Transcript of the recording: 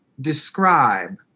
describe